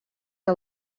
que